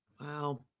Wow